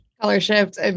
Color-shift